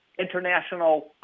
international